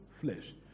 flesh